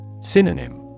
Synonym